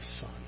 Son